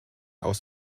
aus